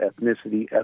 ethnicity